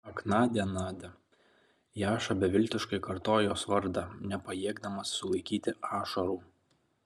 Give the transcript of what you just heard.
ak nadia nadia jaša beviltiškai kartojo jos vardą nepajėgdamas sulaikyti ašarų